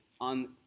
on